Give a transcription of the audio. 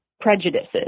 prejudices